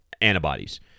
antibodies